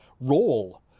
Roll